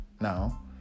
Now